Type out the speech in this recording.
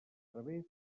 través